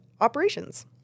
Operations